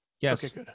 yes